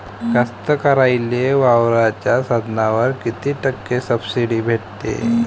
कास्तकाराइले वावराच्या साधनावर कीती टक्के सब्सिडी भेटते?